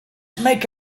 make